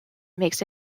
makes